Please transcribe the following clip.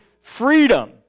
freedom